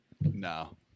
No